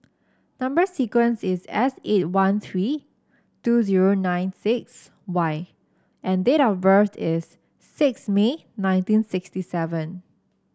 number sequence is S eight one three two zero nine six Y and date of birth is six May nineteen sixty seven